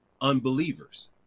unbelievers